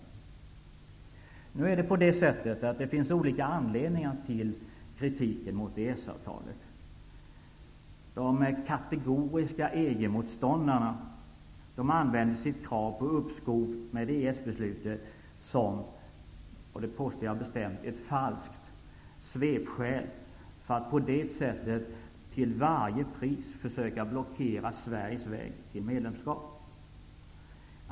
Det finns olika anledningar till kritiken mot EES avtalet. De kategoriska EG-motståndarna använder, vilket jag bestämt påstår, sitt krav på uppskov med EES-beslutet som ett falskt svepskäl för att på detta sätt till varje pris försöka blockera Sveriges väg till medlemskap.